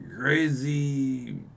crazy